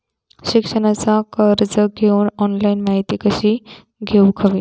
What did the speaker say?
शिक्षणाचा कर्ज घेऊक ऑनलाइन माहिती कशी घेऊक हवी?